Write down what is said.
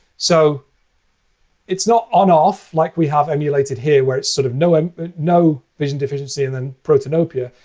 so it's not on off like we have emulated here, where it's sort of no um no vision deficiency and and protanopia.